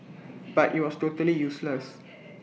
but IT was totally useless